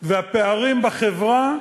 והפערים בחברה,